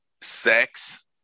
sex